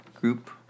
group